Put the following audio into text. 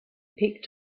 picked